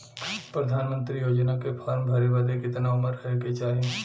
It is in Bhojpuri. प्रधानमंत्री योजना के फॉर्म भरे बदे कितना उमर रहे के चाही?